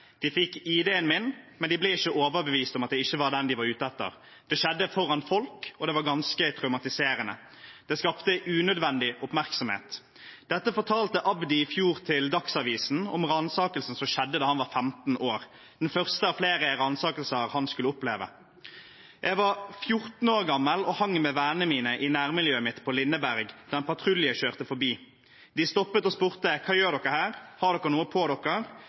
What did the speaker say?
De fikk ID-en min, men de ble ikke overbevist om at jeg ikke var den de var ute etter». Og videre: «Det skjedde foran folk, og det var ganske traumatiserende. Det skapte unødvendig oppmerksomhet». Dette fortalte Abdi i fjor til Dagsavisen om ransakelsen som skjedde da han var 15 år, den første av flere ransakelser han skulle oppleve. «Jeg var 14 år gammel og hang med vennene mine i nærmiljøet mitt på Lindeberg da en patrulje kjørte forbi. De stoppet og spurte: «Hva gjør dere her? Har dere noe på dere?»